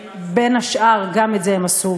בין השאר גם את זה הם עשו,